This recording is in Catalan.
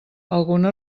alguna